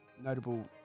notable